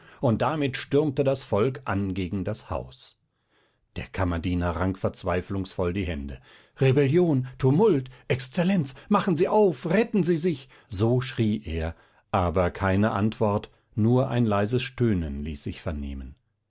und damit stürmte das volk an gegen das haus der kammerdiener rang verzweiflungsvoll die hände rebellion tumult exzellenz machen sie auf retten sie sich so schrie er aber keine antwort nur ein leises stöhnen ließ sich vernehmen